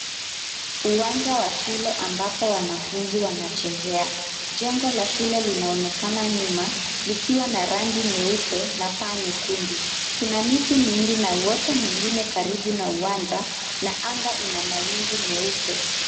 Uwanja wa shule ambapo wanafunzi wanachezea, jengo la shule linaonekana nyuma likiwa na rangi nyeupe na paa nyekundu, kuna miti mingi na uwota mwingine karibu na uwanja na anga inamawingu meupe.